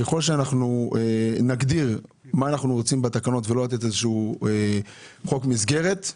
ככל שאנחנו נגדיר מה אנחנו רוצים בתקנות ולא לתת חוק מסגרת,